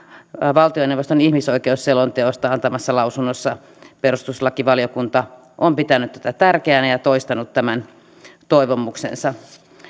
valtioneuvoston ihmisoikeusselonteosta antamassaan lausunnossa perustuslakivaliokunta on pitänyt tätä tärkeänä ja toistanut toivomuksensa